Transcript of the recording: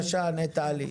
האנרגיה.